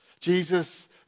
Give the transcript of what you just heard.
Jesus